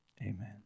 Amen